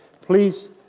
please